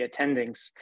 attendings